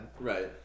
Right